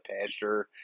pasture